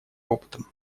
опытом